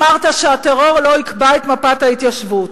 אמרת שהטרור לא יקבע את מפת ההתיישבות.